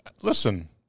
listen